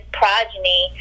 progeny